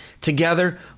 together